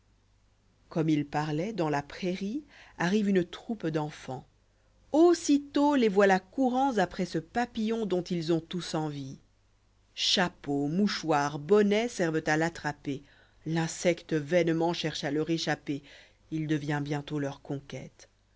comme il pafloît dans la prairie arrive une troupe d'enfants aussitôt les voilà courants après cepaplllon dont ils onttous envie chapeaux mouchoirs bonnets servent à l'attraper l'insecte vainement cherche à leur échapper u devient bieritôt leur conquête